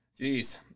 Jeez